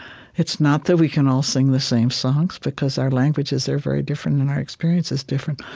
it's not that we can all sing the same songs because our languages are very different and our experience is different.